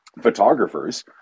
photographers